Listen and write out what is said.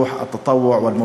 להלן תרגומם: